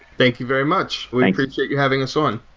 thank you very much. we appreciate you having us on.